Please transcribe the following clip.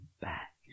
back